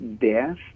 death